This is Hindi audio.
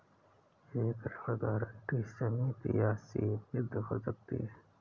एक ऋण गारंटी सीमित या असीमित हो सकती है